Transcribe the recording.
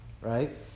right